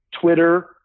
Twitter